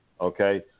okay